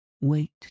Wait